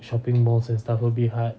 shopping malls and stuff will be hard